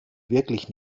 wirklich